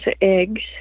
eggs